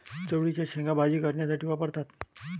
चवळीच्या शेंगा भाजी करण्यासाठी वापरतात